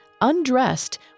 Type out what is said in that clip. undressed